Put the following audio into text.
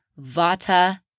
vata